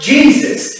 Jesus